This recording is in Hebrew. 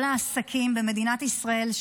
כל העסקים במדינת ישראל,